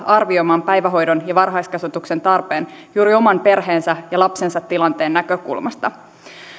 arvioimaan päivähoidon ja varhaiskasvatuksen tarpeen juuri oman perheensä ja lapsensa tilanteen näkökulmasta